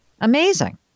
Amazing